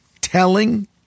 telling